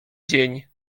dzień